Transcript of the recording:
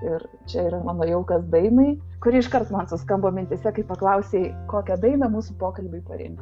ir čia yra mano jaukas dainai kuri iškart man suskambo mintyse kai paklausei kokią dainą mūsų pokalbiui parin